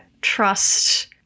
trust